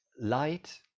light